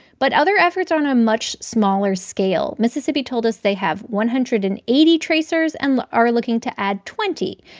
but other efforts are on a much smaller scale. mississippi told us they have one hundred and eighty tracers and are looking to add twenty.